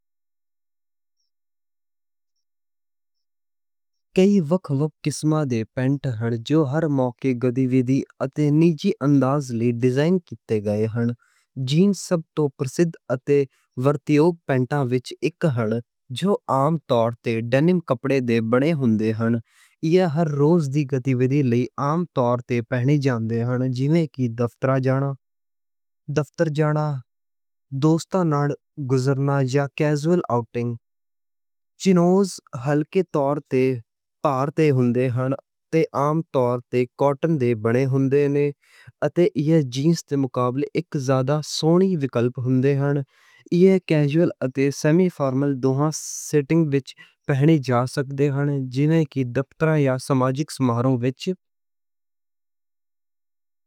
کئی قسماں دے پینٹ ہن۔ جو ہر موقعے دے مطابق جوڑے جاندے ہن۔ جو عام طور تے ڈینم کپڑے دے بنے ہندے نیں۔ ایہہ ہر روز دی کیژول ویئر عام طور تے پائیاں جاندیاں نیں۔ جی میں آفس جانا، دوستاں نال گزارنا، آؤٹنگز۔ چینوز ہلکے طور تے عام طور تے کاٹن دے بنے ہندے نیں۔ اتے ایہہ جینز دے مقابلے اک زیادہ سونی وِکَلپ ہندے ہن۔ ایہہ کیژول اتے سیمی فرمل دوہاں سیٹنگاں وچ پائیاں جا سکدیاں نیں۔